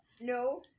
No